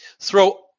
Throw